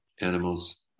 animals